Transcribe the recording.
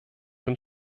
dem